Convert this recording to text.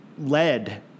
led